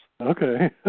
Okay